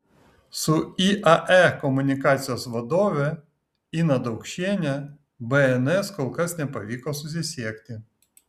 su iae komunikacijos vadove ina daukšiene bns kol kas nepavyko susisiekti